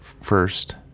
first